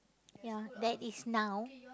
ya that is now